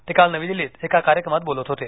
ते काल नवी दिल्लीतएका कार्यक्रमात बोलत होते